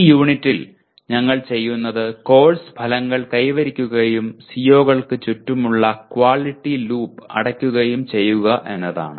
ഈ യൂണിറ്റിൽ ഞങ്ങൾ ചെയ്യുന്നത് കോഴ്സ് ഫലങ്ങൾ കൈവരിക്കുകയും CO കൾക്ക് ചുറ്റുമുള്ള ക്വാളിറ്റി ലൂപ്പ് അടയ്ക്കുകയും ചെയ്യുക എന്നതാണ്